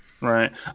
right